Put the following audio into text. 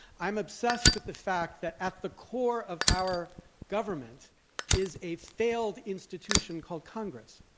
i am obsessed with the fact that at the core of our government is a failed institution called congress,